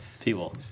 people